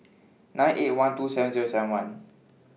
nine eight one two seven Zero seven one